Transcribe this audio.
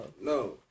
No